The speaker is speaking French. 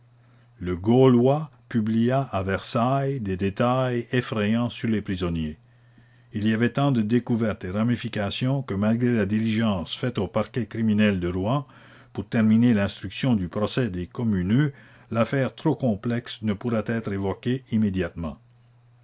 le gaulois publia à versailles des détails effrayants sur les prisonniers il y avait tant de découvertes et ramifications que malgré la diligence faite au parquet criminel de rouen pour terminer l'instruction du procès des communeux l'affaire trop complexe ne pourrait être évoquée immédiatement